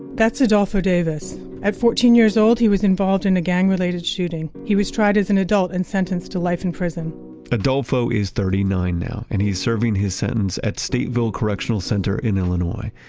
that's adolfo davis. at fourteen years old, he was involved in a gang-related shooting. he was tried as an adult and sentenced to life in prison adolfo is thirty nine now, and he's serving his sentence at stateville correctional center in illinois.